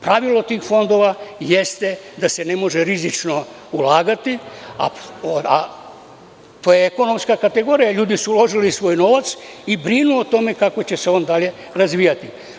Pravilo tih fondova jeste da se ne može rizično ulagati, to je ekonomska kategorija, ljudi su uložili svoj novac i brinu o tome kako će se ovo dalje razvijati.